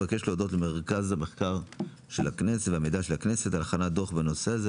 ואבקש לעודות למרכז המחקר והמידע של הכנסת על הכנת דוח בנושא זה,